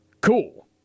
Cool